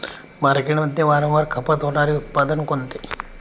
मार्केटमध्ये वारंवार खपत होणारे उत्पादन कोणते?